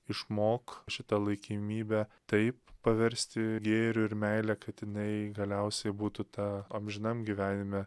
išmok šitą laikimybę taip paversti gėriu ir meile kad jinai galiausiai būtų ta amžinam gyvenime